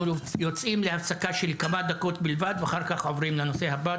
אנחנו יוצאים להפסקה של כמה דקות בלבד ואחר כך עוברים לנושא הבא.